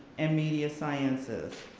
and media sciences.